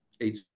eight